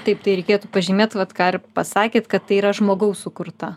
taip tai reikėtų pažymėt vat ką ir pasakėt kad tai yra žmogaus sukurta